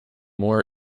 more